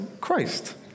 Christ